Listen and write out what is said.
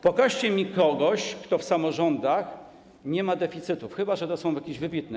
Pokażcie mi kogoś, kto w samorządach nie ma deficytu, chyba że są jakieś wybitne.